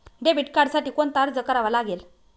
Debit कार्डसाठी कोणता अर्ज करावा लागेल?